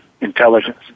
intelligence